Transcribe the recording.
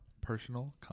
personal